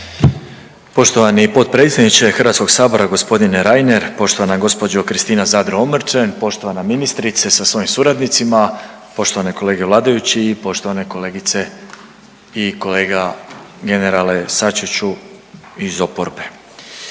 Poštovani potpredsjedniče Hrvatskog sabora gospodine Reiner, poštovana gospođo Kristina Zadro Omrčen, poštovana ministrice sa svojim suradnicima, poštovani kolege vladajući i poštovane kolegice i kolega generale Sačiću iz oporbe,